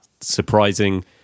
surprising